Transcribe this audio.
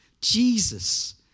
Jesus